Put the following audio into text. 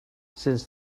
since